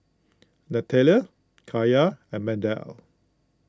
Natalie Kaya and Mardell